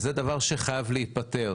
זה דבר שחייב להיפתר.